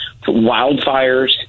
wildfires